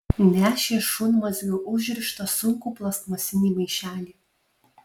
nešė šunmazgiu užrištą sunkų plastmasinį maišelį